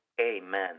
Amen